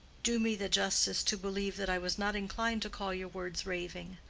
do me the justice to believe that i was not inclined to call your words raving.